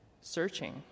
searching